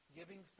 giving